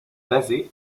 basé